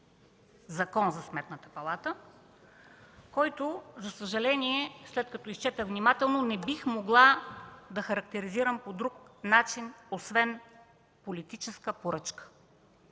Закон за Сметната палата, който за съжаление след като изчетох внимателно, не бих могла да характеризирам по друг начин освен като политическа поръчка,